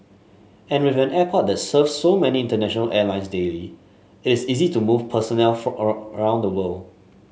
and with an airport that serves so many international airlines daily it is easy to move personnel for all around the world